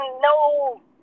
no